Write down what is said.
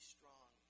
Strong